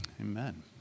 Amen